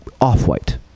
off-white